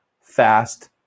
fast